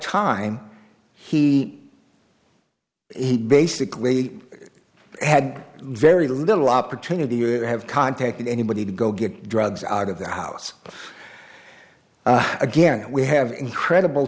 time he he basically had very little opportunity to have contacted anybody to go get drugs out of the house again we have incredible